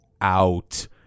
out